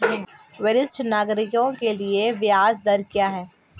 वरिष्ठ नागरिकों के लिए ब्याज दर क्या हैं?